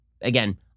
again